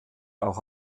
auch